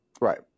Right